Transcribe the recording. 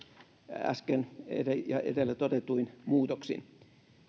äsken ja edellä todetuin muutoksin